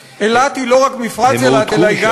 אילת היא לא רק מפרץ אילת אלא היא גם,